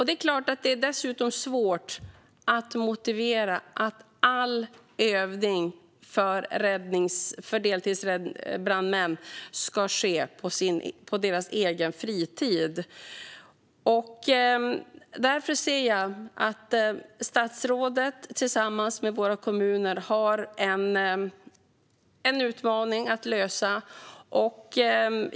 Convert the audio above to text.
Det är dessutom svårt att motivera att all övning för deltidsbrandmän ska ske på deras egen fritid. Därför ser jag att statsrådet tillsammans med våra kommuner har en utmaning att lösa.